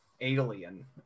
Alien